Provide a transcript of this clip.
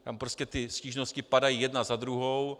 Tam prostě stížnosti padají jedna za druhou.